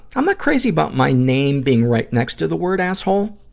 i'm not crazy about my name being right next to the word asshole,